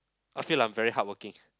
I feel like I'm very hardworking